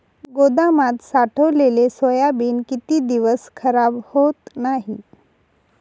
गोदामात साठवलेले सोयाबीन किती दिवस खराब होत नाही?